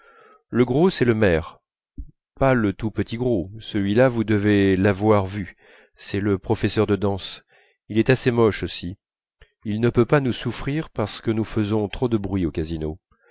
le gros c'est le maire pas le tout petit gros celui-là vous devez l'avoir vu c'est le professeur de danse il est assez moche aussi il ne peut pas nous souffrir parce que nous faisons trop de bruit au casino